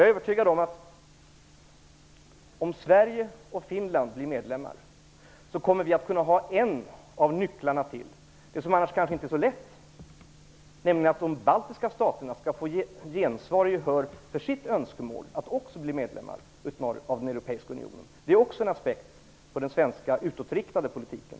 Jag är övertygad om att om Sverige och Finland blir medlemmar kommer vi att få en av nycklarna till något som kanske inte är så lätt, nämligen att de baltiska staterna skall få gehör för sina önskemål om att få bli medlemmar av den europeiska unionen. Det är också en aspekt på den svenska utåtriktade politiken.